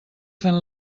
fent